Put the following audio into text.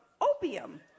opium